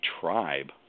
tribe